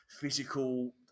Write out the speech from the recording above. physical